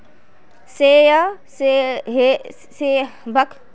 शेयरेर संगे ऑपरेशन जोखिमेर मूल्यांकन केन्ने करमू